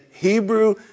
Hebrew